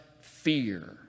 fear